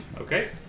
Okay